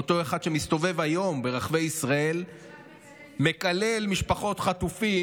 אותו אחד שמסתובב היום ברחבי ישראל ומקלל משפחות חטופים,